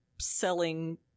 selling